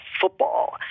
football